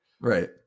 Right